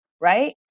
Right